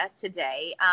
today